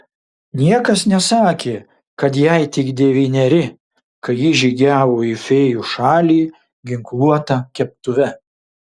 niekas nesakė kad jai tik devyneri kai ji žygiavo į fėjų šalį ginkluota keptuve